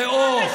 זה או,